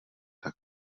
tak